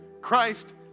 Christ